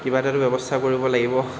কিবা এটাটো ব্যৱস্থা কৰিব লাগিব